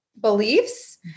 beliefs